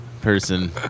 person